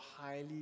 highly